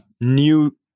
new